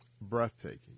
Breathtaking